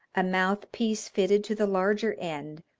a mouth-piece fitted to the larger end,